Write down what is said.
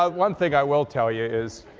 ah one thing i will tell you is,